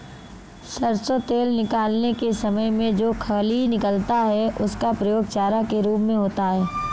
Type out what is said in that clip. सरसों तेल निकालने के समय में जो खली निकलता है उसका प्रयोग चारा के रूप में होता है